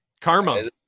Karma